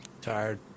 Tired